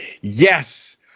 yes